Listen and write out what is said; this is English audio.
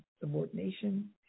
subordination